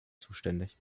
zuständig